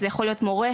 זה יכול להיות מורה,